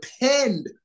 depend